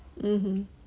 mmhmm